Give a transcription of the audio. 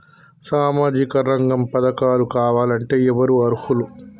సామాజిక రంగ పథకాలు కావాలంటే ఎవరు అర్హులు?